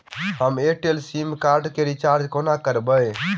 हम Airtel sim card केँ recharge कोना करबै?